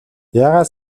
яагаад